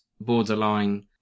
borderline